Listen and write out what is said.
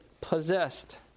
possessed